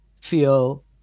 feel